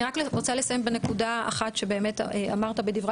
אני רק רוצה לסיים בנקודה אחת שאמרת בדברי